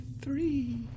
three